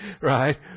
right